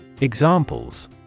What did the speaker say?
Examples